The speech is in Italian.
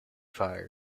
fari